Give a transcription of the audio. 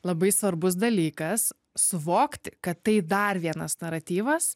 labai svarbus dalykas suvokti kad tai dar vienas naratyvas